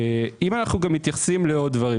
אם אנו מתייחסים עוד דברים,